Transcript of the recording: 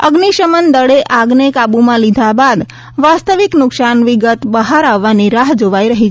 અગ્નિશમન દળે આગને કાબુમાં લીધા બાદ વાસ્તવિક નુકશાન વિગત બહાર આવવાની રાહ જોવાઇ રહી છે